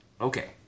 Okay